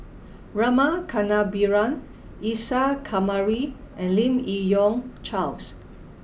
Rama Kannabiran Isa Kamari and Lim Yi Yong Charles